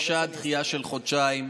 ביקשה דחייה של חודשיים.